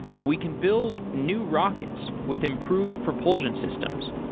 we can build new rockets with improved propulsion systems.